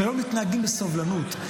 שלא מתנהגים בסובלנות.